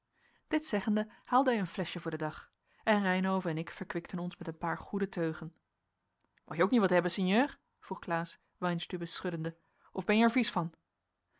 dit zeggende haalde hij een fleschje voor den dag en reynhove en ik verkwikten ons met een paar goede teugen mot je ook niet wat hebben sinjeur vroeg klaas weinstübe schuddende of ben je er vies van